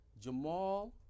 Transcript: Jamal